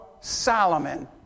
Solomon